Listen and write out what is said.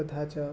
तथा च